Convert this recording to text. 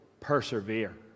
persevere